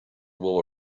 will